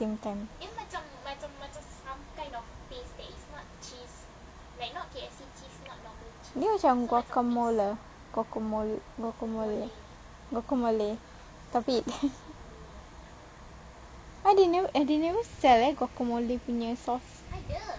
guacamole tapi they never sell guacamole punya sauce